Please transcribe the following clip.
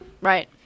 Right